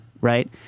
right